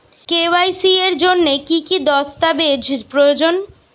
KYC এর জন্যে কি কি দস্তাবেজ প্রয়োজন?